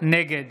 נגד